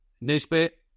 Nisbet